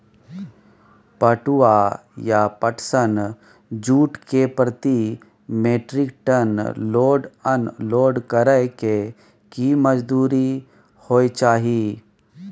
पटुआ या पटसन, जूट के प्रति metric ton load unload करै के की मजदूरी होय चाही?